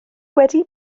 wedi